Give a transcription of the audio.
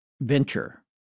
venture